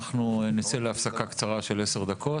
נצא להפסקה קצרה של עשר דקות.